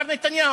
מר נתניהו.